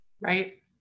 Right